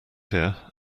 here